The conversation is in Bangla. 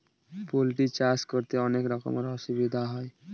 পোল্ট্রি চাষ করতে অনেক রকমের অসুবিধা হয়